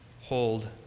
hold